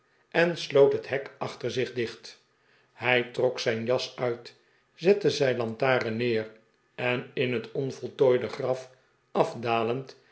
en sloot hethek aehter zich dicht hij trok zijn jas uit zette zijn lantaren neer en in het onvoltooide graf afdalend